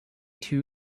two